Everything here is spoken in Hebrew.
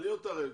ג'וש,